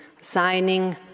signing